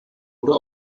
oder